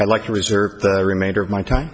i like to reserve the remainder of my time